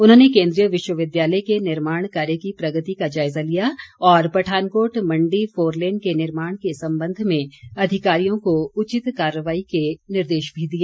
उन्होंने केंद्रीय विश्वविद्यालय के निर्माण कार्य की प्रगति का जायजा लिया और पठानकोट मंडी फोरलेन के निर्माण के संबंध में अधिकारियों को उचित कार्रवाई के निर्देश भी दिए